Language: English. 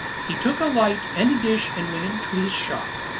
he took a light and a dish and went into his shop.